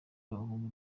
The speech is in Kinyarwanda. b’abahungu